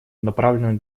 направлены